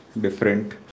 different